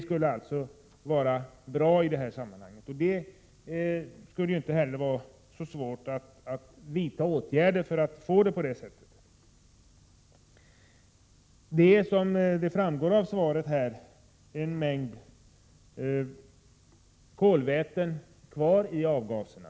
Det skulle inte heller vara så svårt att vidta åtgärder för att åstadkomma detta. Som framgår av svaret finns det en mängd kolväten kvar i avgaserna.